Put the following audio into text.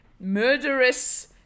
murderous